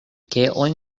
caitlin